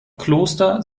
kloster